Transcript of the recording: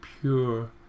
pure